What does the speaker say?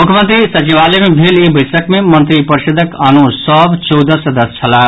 मुख्यमंत्री सचिवालय मे भेल ई बैसक मे मंत्रिपरिषद्क आनो सभ चौदह सदस्य छलाह